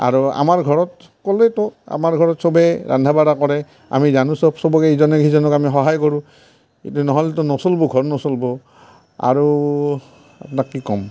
আৰু আমাৰ ঘৰত ক'লোৱেইতো আমাৰ ঘৰত চবে ৰন্ধা বঢ়া কৰে আমি জানো চব চবকে ইজনে সিজনক সহায় কৰোঁ এইটো নহ'লেতো নচলিব ঘৰ নচলিব আৰু আপোনাক কি ক'ম